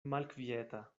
malkvieta